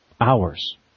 hours